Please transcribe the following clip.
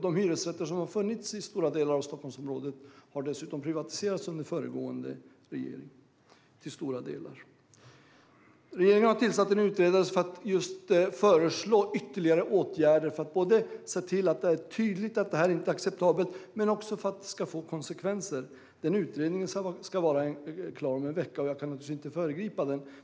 De hyresrätter som har funnits i Stockholmsområdet har till stora delar dessutom privatiserats under föregående regering. Regeringen har tillsatt en utredare som ska föreslå ytterligare åtgärder för att det ska bli tydligt att detta inte är acceptabelt men också för att det ska få konsekvenser. Utredningen ska vara klar om en vecka, och jag kan naturligtvis inte föregripa den.